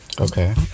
Okay